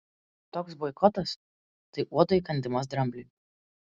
toks boikotas tai uodo įkandimas drambliui